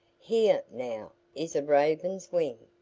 here, now, is a raven's wing.